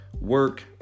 work